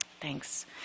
thanks